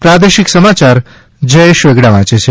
પ્રાદેશિક સમાચાર જયેશ વેગડા વાંચે છે